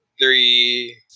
three